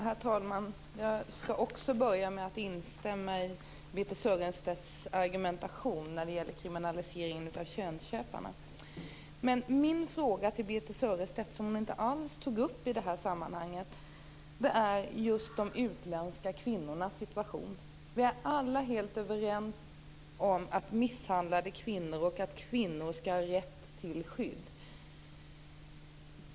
Herr talman! Jag skall också börja med att instämma i Birthe Sörestedt argumentation när det gäller kriminalisering av könsköparna. Men min fråga till Birthe Sörestedt, som hon inte alls tog upp i det här sammanhanget, berör de utländska kvinnornas situation. Vi är alla helt överens om att misshandlade kvinnor, och kvinnor generellt, skall ha rätt till skydd.